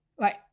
right